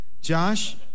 Josh